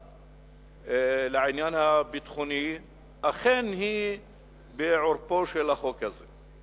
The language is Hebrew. שהדאגה לעניין הביטחוני היא אכן בעורפו של החוק הזה.